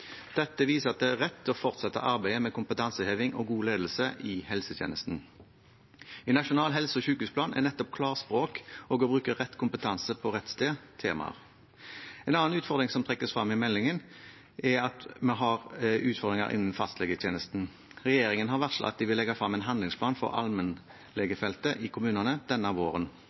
Dette viser at det er rett å fortsette arbeidet med kompetanseheving og god ledelse i helsetjenesten. I Nasjonal helse- og sykehusplan er nettopp klarspråk og det å bruke rett kompetanse på rett sted temaer. Et annet tema som trekkes frem i meldingen, er at vi har utfordringer innen fastlegetjenesten. Regjeringen har varslet at de vil legge frem en handlingsplan for allmennlegefeltet i kommunene denne våren.